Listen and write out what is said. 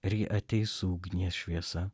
ir ji ateis su ugnies šviesa